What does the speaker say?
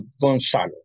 Gonzalo